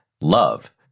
love